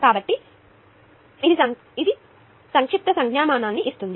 కాబట్టి ఇది మరియు ఇది అదే కాబట్టి ఇది సంక్షిప్త సంజ్ఞామానాన్ని ఇస్తుంది